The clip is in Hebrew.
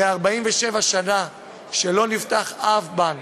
אחרי 47 שנה שלא נפתח אף בנק,